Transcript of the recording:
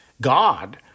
God